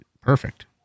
perfect